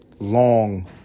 Long